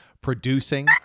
producing